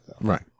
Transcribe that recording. Right